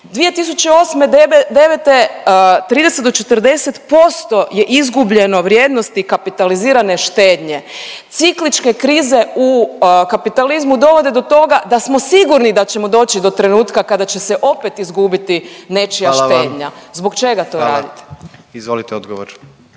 2008., 09. 30 do 40% je izgubljeno vrijednosti kapitalizirane štednje. Cikličke krize u kapitalizmu dovode do toga da smo sigurni da ćemo doći do trenutka kada će se opet izgubiti nečija štednja. …/Upadica predsjednik: Hvala